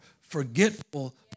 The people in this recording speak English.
forgetful